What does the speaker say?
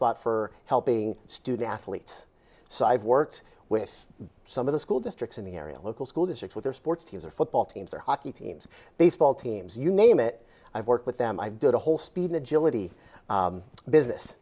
spot for helping student athletes so i've worked with some of the school districts in the area local school district with their sports teams or football teams or hockey teams baseball teams you name it i've worked with them i did a whole speed agility business